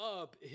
up